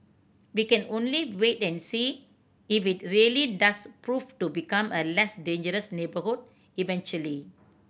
we can only wait and see if it really does prove to become a less dangerous neighbourhood eventually